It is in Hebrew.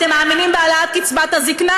אתם מאמינים בהעלאת קצבת הזקנה?